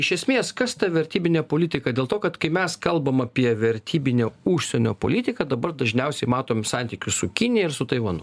iš esmės kas ta vertybinė politika dėl to kad kai mes kalbam apie vertybinę užsienio politiką dabar dažniausiai matom santykius su kinija ir su taivanu